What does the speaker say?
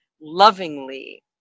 lovingly